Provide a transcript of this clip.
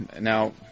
Now